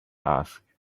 asked